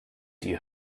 die